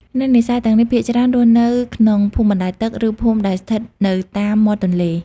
អ្នកនេសាទទាំងនេះភាគច្រើនរស់នៅក្នុង ភូមិបណ្តែតទឹក ឬភូមិដែលស្ថិតនៅតាមមាត់ទន្លេ។